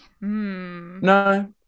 No